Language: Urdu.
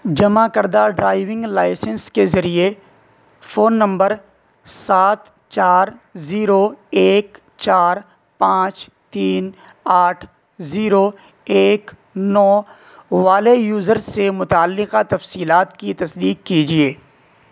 جمع کردہ ڈرائیونگ لائسنس کے ذریعے فون نمبر سات چار زیرو ایک چار پانچ تین آٹھ زیرو ایک نو والے یوزر سے متعلقہ تفصیلات کی تصدیق کیجیے